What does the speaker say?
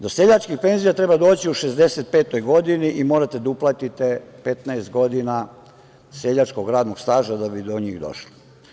Do seljačkih penzija treba doći u šezdeset i petoj godini i morate da uplatite 15 godina seljačkog radnog staža da bi do njih došli.